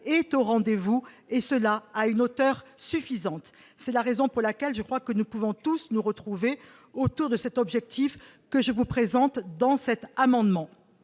est au rendez-vous et cela à une hauteur suffisante, c'est la raison pour laquelle je crois que nous pouvons tous nous retrouver autour de cet objectif que je vous présente dans cet amendement